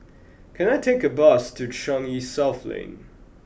can I take a bus to Changi South Lane